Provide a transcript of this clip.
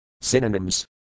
Synonyms